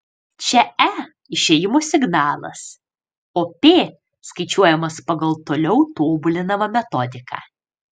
čia e išėjimo signalas o p skaičiuojamas pagal toliau tobulinamą metodiką